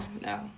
no